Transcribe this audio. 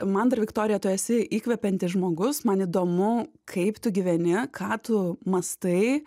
man dar viktorija tu esi įkvepiantis žmogus man įdomu kaip tu gyveni ką tu mąstai